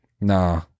Nah